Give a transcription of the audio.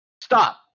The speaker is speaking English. stop